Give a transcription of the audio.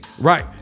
right